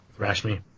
Rashmi